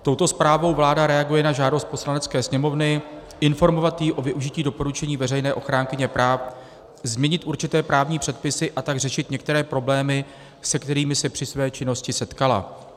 Touto zprávou vláda reaguje na žádost Poslanecké sněmovny informovat ji o využití doporučení veřejné ochránkyně práv změnit určité právní předpisy, a tak řešit některé problémy, se kterými se při své činnosti setkala.